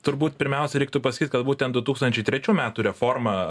turbūt pirmiausiai reiktų pasakyt kad būtent du tūkstančiai trečių metų reforma